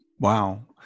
Wow